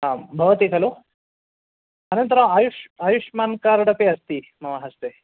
आं भवति खलु अनन्तरम् आयुष् आयुष्मान् कार्ड् अपि अस्ति मम हस्ते